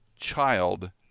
child